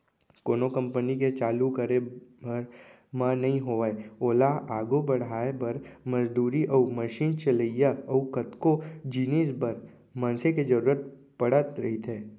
कोनो कंपनी के चालू करे भर म नइ होवय ओला आघू बड़हाय बर, मजदूरी अउ मसीन चलइया अउ कतको जिनिस बर मनसे के जरुरत पड़त रहिथे